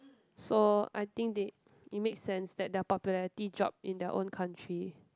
so I think they it make sense that their popularity drop in their own country